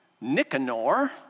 Nicanor